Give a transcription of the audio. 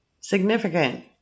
significant